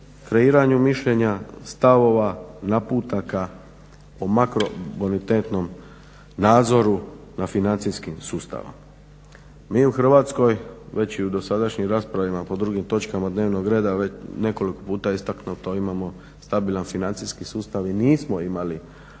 kreiranju mišljenja, stavova, naputaka po makrobonitetnom nadzoru nad financijskim sustavom. Mi u Hrvatskoj, već i u dosadašnjim raspravama po drugim točkama dnevnog reda, nekoliko puta je istaknuto imamo stabilan financijski sustav i nismo imali